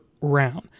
round